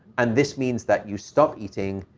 and this means that you stop eating,